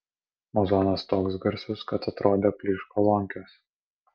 muzonas toks garsus kad atrodė plyš kolonkės